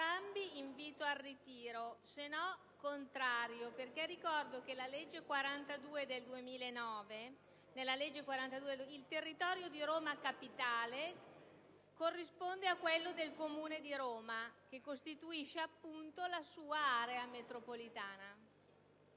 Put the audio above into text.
altrimenti esprimo parere contrario, in quanto ricordo che nella legge n. 42 del 2009 il territorio di Roma capitale corrisponde a quello del Comune di Roma, che costituisce appunto la sua area metropolitana.